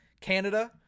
Canada